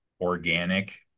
organic